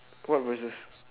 what voices